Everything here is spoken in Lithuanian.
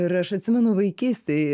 ir aš atsimenu vaikystėj